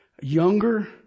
younger